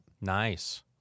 Nice